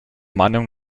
meinung